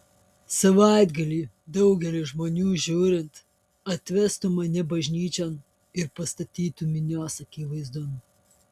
savaitgalį daugeliui žmonių žiūrint atvestų mane bažnyčion ir pastatytų minios akivaizdon